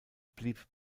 blieb